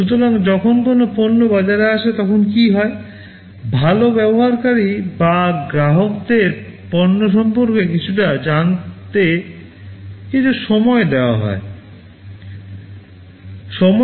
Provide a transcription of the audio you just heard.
সুতরাং যখন কোনও পণ্য বাজারে আসে তখন কী হয় ভাল ব্যবহারকারী বা গ্রাহকদের পণ্য সম্পর্কে কিছুটা জানতে কিছু সময় প্রয়োজন